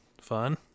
fun